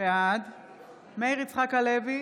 בעד מאיר יצחק הלוי